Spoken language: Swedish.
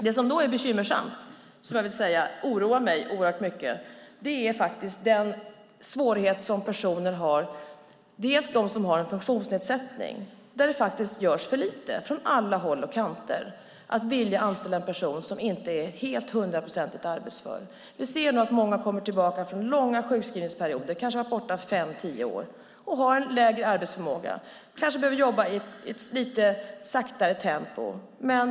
Det som då oroar mig väldigt mycket är bland annat den svårighet som personer med funktionsnedsättning har. Det görs för lite från alla håll och kanter för att någon ska vilja anställa en person som inte är hundraprocentigt arbetsför. Vi ser nu att många kommer tillbaka från långa sjukskrivningsperioder, kanske har varit borta fem tio år och har en lägre arbetsförmåga. De kanske behöver jobba i ett lite saktare tempo.